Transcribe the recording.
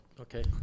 okay